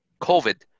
covid